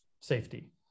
safety